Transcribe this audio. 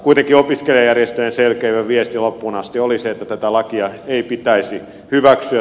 kuitenkin opiskelijajärjestöjen selkeä viesti loppuun asti oli se että tätä lakia ei pitäisi hyväksyä